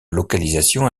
localisation